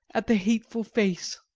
at the hateful face.